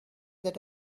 that